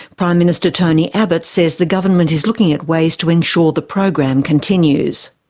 prime minister tony abbott says the government is looking at ways to ensure the program continues.